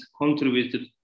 contributed